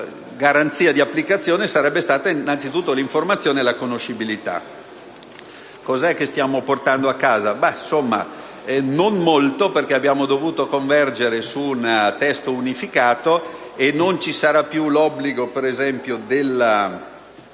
garanzia di applicazione sarebbe stata innanzitutto l'informazione e la conoscibilità. E cosa stiamo portando a casa? Non molto, perché abbiamo dovuto convergere su un testo unificato, per cui non ci sarà più l'obbligo, per esempio, della